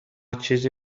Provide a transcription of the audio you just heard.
چیزی